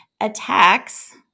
attacks